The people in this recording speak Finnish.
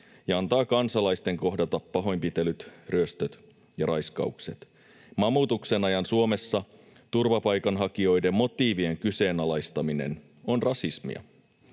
ja antaa kansalaisten kohdata pahoinpitelyt, ryöstöt ja raiskaukset. Mamutuksen ajan Suomessa turvapaikanhakijoiden motiivien kyseenalaistaminen on rasismia.